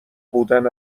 بودن